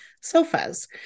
sofas